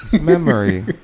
Memory